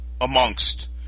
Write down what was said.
amongst